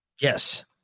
Yes